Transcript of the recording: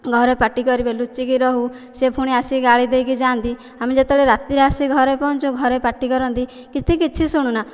ଘରେ ପାଟିକରିବେ ଲୁଚିକି ରହୁ ସେ ପୁଣି ଆସିକି ଗାଳି ଦେଇକି ଯାଆନ୍ତି ଆମେ ଯେତେବେଳେ ରାତିରେ ଆସିକି ଘରେ ପହଞ୍ଚୁ ଘରେ ପାଟି କରନ୍ତି କିନ୍ତୁ କିଛି ଶୁଣୁନା